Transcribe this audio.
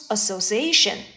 Association